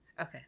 okay